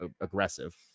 aggressive